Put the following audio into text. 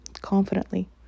confidently